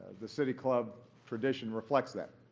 the city club tradition reflects that.